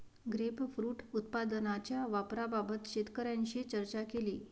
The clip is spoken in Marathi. ग्रेपफ्रुट उत्पादनाच्या वापराबाबत शेतकऱ्यांशी चर्चा केली